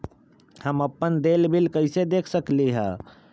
हम अपन देल बिल कैसे देख सकली ह?